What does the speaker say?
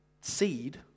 seed